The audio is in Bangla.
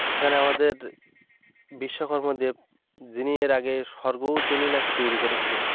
সেখানে আমাদের বিশ্বকর্মা দেব যিনি এর আগে স্বর্গ তিনি না কি তৈরি করেছিলেন